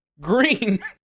green